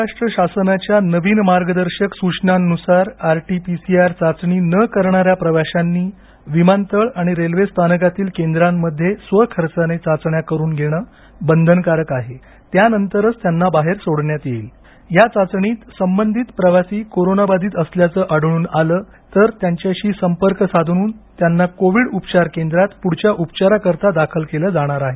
महाराष्ट्र शासनाच्या नवीन मार्गदर्शक सूचनांनुसार R T P C R चाचणी न करणाऱ्या प्रवाश्यांनी विमानतळ आणि रेल्वे स्थानकातील केंद्रामध्ये स्वखर्चाने चाचण्या करून घेण बंधनकारक आहे त्यानंतरच त्यांना बाहेर सोडण्यात येईल ह्या चाचणीत संबंधित प्रवासी कोरोनाबाधित असल्याचं आढळून आलं तर त्यांच्याशी संपर्क साधून त्यांना कोविड उपचार केंद्रात पुढच्या उपचाराकरता दाखल केलं जाणार आहे